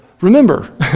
remember